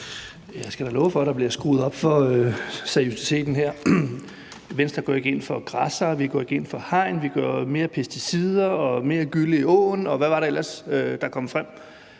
Jeg skal da love for, at der bliver skruet op for seriøsiteten her: Venstre går ikke ind for græssere, vi går ikke ind for hegn, vi går ind for flere pesticider og mere gylle i åen, og hvad var det ellers, der kom frem?